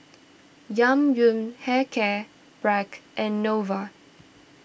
Yang Yun Hair Care Bragg and Nova